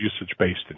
usage-based